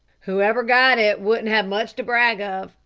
whoever got it wouldn't have much to brag of,